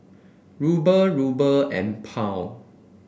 Ruble Ruble and Pound